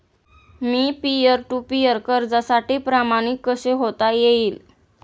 Me peer to peer कर्जासाठी प्रमाणित कसे होता येईल?